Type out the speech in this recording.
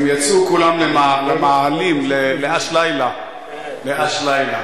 הם יצאו כולם למאהלים, לא"ש לילה, לא"ש לילה.